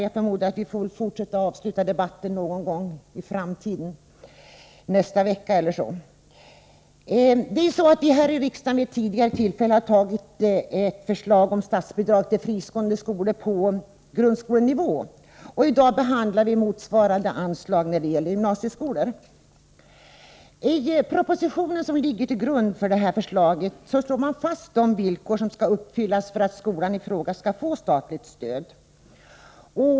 Jag förmodar att vi får fortsätta och avsluta debatten någon gång i framtiden, nästa vecka eller så. Fru talman! Vid tidigare tillfällen har vi här i riksdagen beslutat om statsbidrag till fristående skolor på grundskolenivå. I dag behandlar vi motsvarande anslag när det gäller gymnasieskolor. I propositionen slår man fast de villkor som skall uppfyllas för att skolan i fråga skall få statligt stöd.